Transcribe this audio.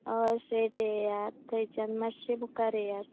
हय स्ट्रेट येयात थंयच्यान मातशें मुखार येयात